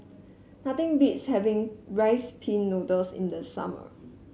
nothing beats having Rice Pin Noodles in the summer